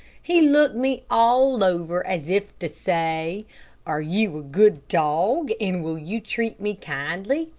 he looked me all over as if to say are you a good dog, and will you treat me kindly,